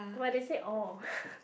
where they said orh